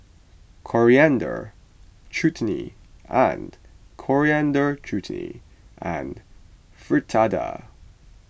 Coriander Chutney and Coriander Chutney and Fritada